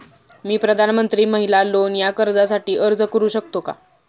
मी प्रधानमंत्री महिला लोन या कर्जासाठी अर्ज करू शकतो का?